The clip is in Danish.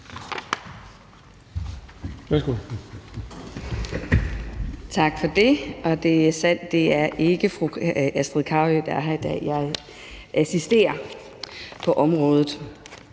Tak for det. Det er sandt, at det ikke er fru Astrid Carøe, der er her i dag. Jeg assisterer som